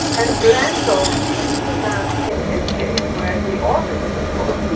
and glen told me that in his case where he orbited of course,